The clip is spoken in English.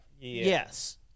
Yes